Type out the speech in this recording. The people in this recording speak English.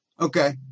Okay